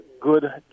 good